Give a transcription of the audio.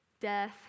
death